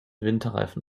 winterreifen